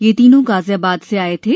ये तीनों गाजियाबाद से आए थे